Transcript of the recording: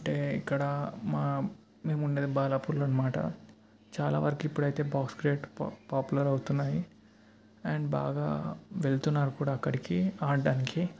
అంటే ఇక్కడ మా మేము ఉండేది బాలాపూర్లో అన్నమాట చాలా వరకి ఇప్పుడైతే బాక్స్ క్రికెట్ పాపులర్ అవుతున్నాయి అండ్ బాగా వెళుతున్నారు కూడా అక్కడికి ఆడటానికి